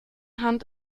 hand